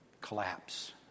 Collapse